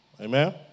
Amen